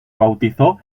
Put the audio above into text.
bautizó